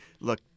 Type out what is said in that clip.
look